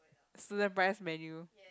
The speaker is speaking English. student price menu